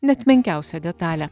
net menkiausią detalę